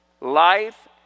life